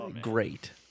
great